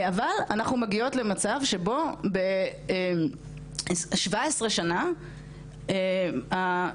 אבל אנחנו מגיעות למצב שבו שבע עשרה שנה הנתונים